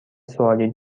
سوالی